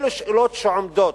אלו שאלות שעומדות.